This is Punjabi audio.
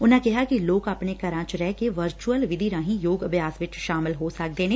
ਉਨ੍ਹਾ ਕਿਹਾ ਕਿ ਲੋਕ ਆਪਣੇ ਘਰਾਂ ਚ ਰਹਿ ਕੇ ਵਰਚੂਅਲ ਵਿਧੀ ਰਾਹੀ ਯੋਗ ਅਭਿਆਸ ਵਿਚ ਸ਼ਾਮਲ ਹੋ ਸਕਦੇ ਨੇ